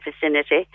vicinity